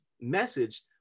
message